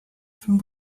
from